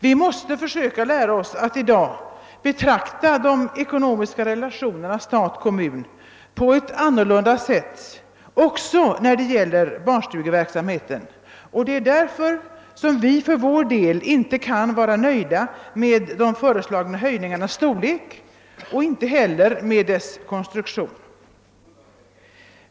Vi måste försöka lära oss att i dag betrakta de ekonomiska relationerna stat—kommun på ett annorlunda sätt också när det gäller barnstugeverksamheten, och det är därför som vi för vår del inte kan vara nöjda med de föreslagna höjningarnas storlek och inte heller med deras konstruktion.